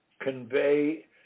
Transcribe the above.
convey